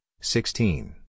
sixteen